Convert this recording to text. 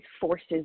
forces